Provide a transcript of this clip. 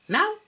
Now